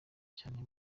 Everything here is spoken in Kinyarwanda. cyane